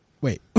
wait